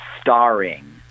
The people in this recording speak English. starring